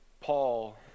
Paul